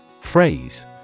Phrase